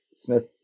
Smith